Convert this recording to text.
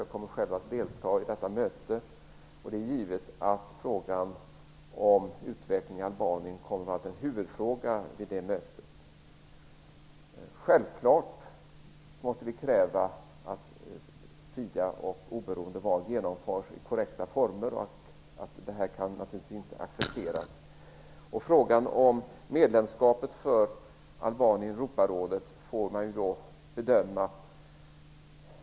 Jag kommer själv att delta i detta möte. Det är givet att frågan om utvecklingen i Albanien kommer att vara en huvudfråga vid det mötet. Självklart måste vi kräva att fria och oberoende val genomförs i korrekta former. Det här kan naturligtvis inte accepteras. Frågan om medlemskapet för Albanien får man bedöma.